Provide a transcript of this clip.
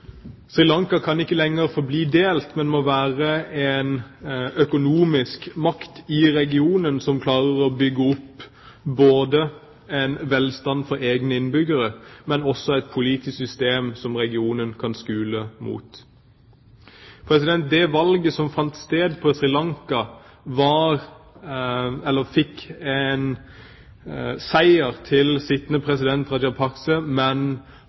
kan ikke lenger forbli delt, men må være en økonomisk makt i regionen, som ikke bare klarer å bygge opp velstand for egne innbyggere, men også et politisk system som regionen kan skule mot. Det valget som fant sted på Sri Lanka, førte til seier for den sittende president Rajapakse, men